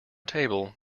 table